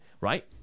right